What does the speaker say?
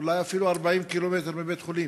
אולי אפילו 40 קילומטר מבית-חולים.